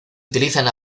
utilizan